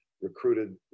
recruited